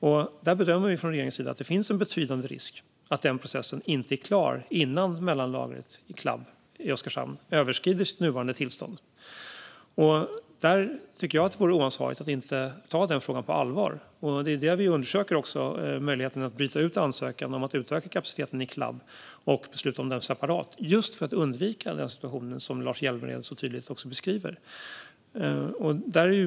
Från regeringens sida bedömer vi att det finns en betydande risk för att denna process inte är klar innan mellanlagret i Oskarshamn, Clab, överskrider sitt nuvarande tillstånd. Jag tycker att det vore oansvarigt att inte ta den frågan på allvar. Vi undersöker också möjligheten att bryta ut ansökan om att utöka kapaciteten i Clab och besluta om den separat just för att undvika den situation som Lars Hjälmered så tydligt beskrivit.